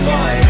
Boy